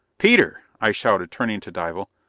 peter! i shouted, turning to dival.